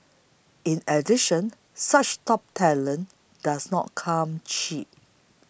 in addition such top talent does not come cheap